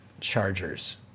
Chargers